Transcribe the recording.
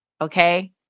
okay